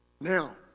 Now